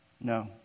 No